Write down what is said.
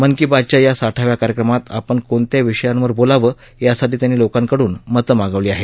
मन की बातच्या या साठाव्या कार्यक्रमात आपण कोणत्या विषयांवर बोलावं यासाठी त्यांनी लोकांकडून मतं मागवली आहेत